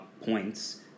points